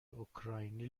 اوکراینی